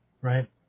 right